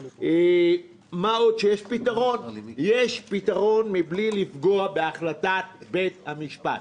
מה עוד שיש פתרון מבלי לפגוע בהחלטת בית המשפט.